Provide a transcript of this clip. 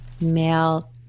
male